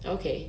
okay